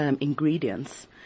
ingredients